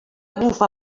bufa